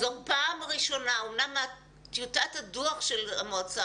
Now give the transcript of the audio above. זו פעם ראשונה - אמנם טיוטת הדוח של המועצה